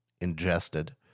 ingested